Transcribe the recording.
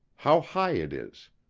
how high it is!